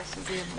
כן.